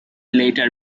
later